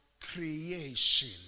creation